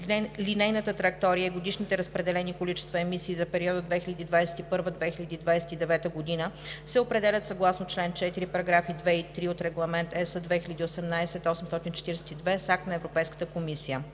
Линейната траектория и годишните разпределени количества емисии за периода 2021 – 2029 г. се определят съгласно чл. 4, параграфи 2 и 3 от Регламент (ЕС) 2018/842 с акт на Европейската комисия.